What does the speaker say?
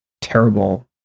terrible